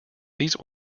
these